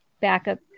backup